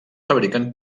fabriquen